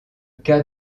cas